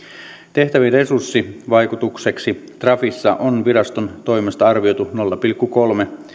tehtävien resurssivaikutukseksi trafissa on viraston toimesta arvioitu nolla pilkku kolmen